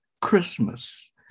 Christmas